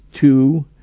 two